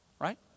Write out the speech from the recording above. right